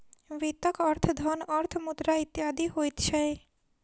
वित्तक अर्थ धन, अर्थ, मुद्रा इत्यादि होइत छै